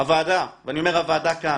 הוועדה כאן,